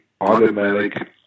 automatic